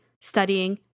studying